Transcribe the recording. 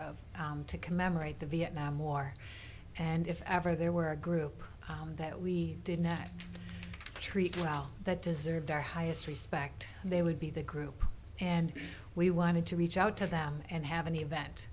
year to commemorate the vietnam war and if ever there were a group that we did not treat well that deserved our highest respect they would be the group and we wanted to reach out to them and have an event